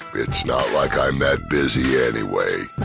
it's not like i'm that busy anyway.